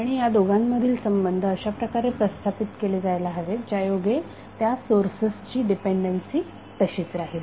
आणि या दोघांमधील संबंध अशाप्रकारे प्रस्थापित केले जायला हवेत ज्यायोगे त्या सोर्सेसची डीपेंडन्सी तशीच राहील